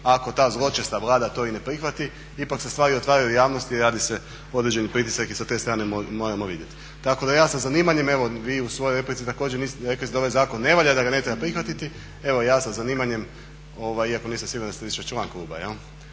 ako ta zločesta Vlada to i ne prihvati ipak se stvari otvaraju javnosti i radi se određeni pritisak i sa te strane moramo vidjeti. Tako da ja sa zanimanjem, evo vi u svojoj replici također, rekli ste da ovaj zakon ne valja, da ga ne treba prihvatiti, evo ja sa zanimanjem, iako nisam siguran da ste više član